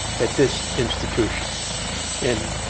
at this institution and